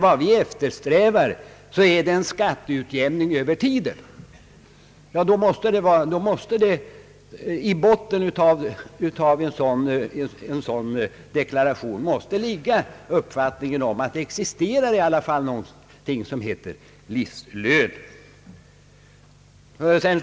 Vad högern eftersträvar skulle vara en skatteutjämning över tiden. I botten av en sådan deklaration måste väl ligga uppfattningen att det i alla fall existerar någonting som heter livslön.